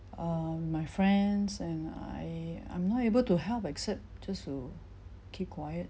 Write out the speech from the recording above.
err my friends and I I'm not able to help except just to keep quiet